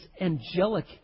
angelic